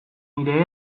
nire